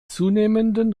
zunehmenden